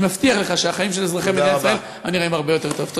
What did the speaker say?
אני מבטיח לך שהחיים של אזרחי מדינת ישראל היו נראים הרבה יותר טוב.